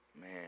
Man